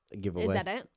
Giveaway